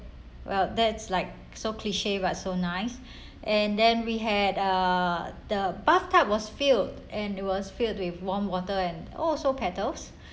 well that's like so cliche but so nice and then we had uh the bath tub was filled and it was filled with warm water and oh also petals